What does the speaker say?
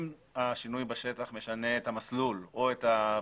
אם השינוי בשטח משנה את המסלול או את הפריט,